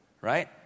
right